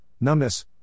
numbness